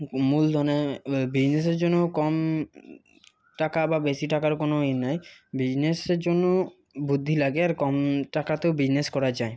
মূলধনে বিজনেসের জন্য কম টাকা বা বেশি টাকার কোনো ই নাই বিজনেসের জন্য বুদ্ধি লাগে আর কম টাকাতেও বিজনেস করা যায়